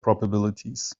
probabilities